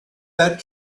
that